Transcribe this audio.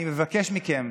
אני מבקש מכם,